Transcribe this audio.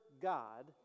God